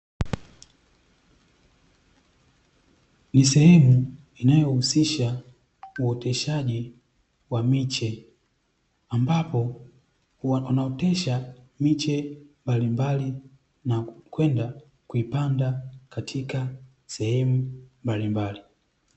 Ni sehemu inayohusisha uoteshaji wa miche ambapo wanaotesha miche mbalimbali na kwenda kuipanda katika sehemu mbalimbali.